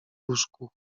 łóżku